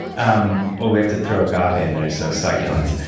um well, we have to throw agave in there, so succulents.